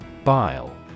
Bile